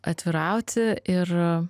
atvirauti ir